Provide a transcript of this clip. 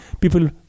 people